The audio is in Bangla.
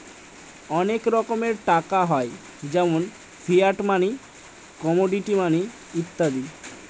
অনেক রকমের টাকা হয় যেমন ফিয়াট মানি, কমোডিটি মানি ইত্যাদি